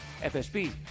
FSB